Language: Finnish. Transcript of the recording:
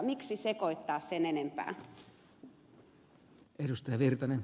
miksi sekoittaa sen enempää